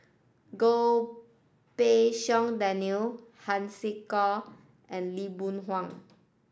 Goh Pei Siong Daniel Han Sai and Lee Boon Wang